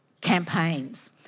campaigns